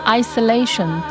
isolation